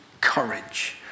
courage